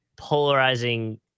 polarizing